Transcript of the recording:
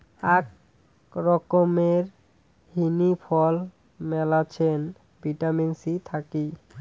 আক রকমের হিনি ফল মেলাছেন ভিটামিন সি থাকি